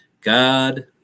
God